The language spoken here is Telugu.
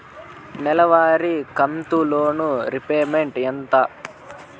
నెలవారి కంతు లోను రీపేమెంట్ ఎంత?